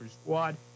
squad